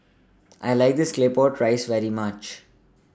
I like This Claypot Rice very much